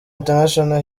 international